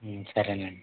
సరే నండి